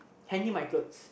hanging my clothes